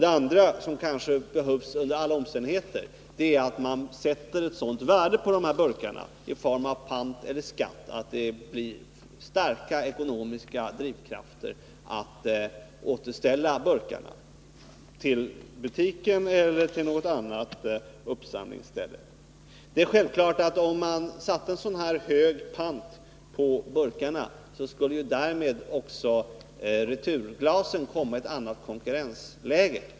Den andra — och det är kanske något som under alla omständigheter behövs — är att man sätter ett sådant värde på burkarna i form av pant eller skatt att starka ekonomiska drivkrafter åstadkommer att burkarna återställs till butiken eller till något uppsamlingsställe. Om man satte en tillräckligt hög pant på burkarna skulle det givetvis därmed för returglasen uppstå ett annat konkurrensläge.